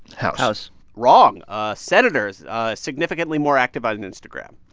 house house wrong ah senators significantly more active on and instagram.